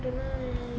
mm